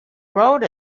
road